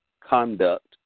conduct